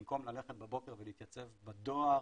במקום ללכת בבוקר ולהתייצב בדואר